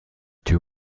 two